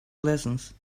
lessons